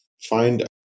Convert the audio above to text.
find